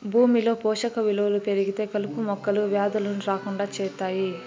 భూమిలో పోషక విలువలు పెరిగితే కలుపు మొక్కలు, వ్యాధులను రాకుండా చేత్తాయి